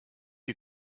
you